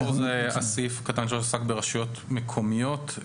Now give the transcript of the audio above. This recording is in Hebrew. סעיף קטן (3) עסק ברשויות מקומיות.